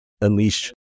unleash